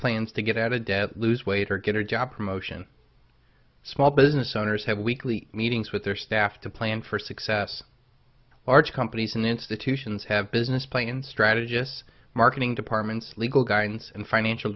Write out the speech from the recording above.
plans to get out of debt lose weight or get a job promotion small business owners have weekly meetings with their staff to plan for success large companies and institutions have business planes strategists marketing departments legal guidance and financial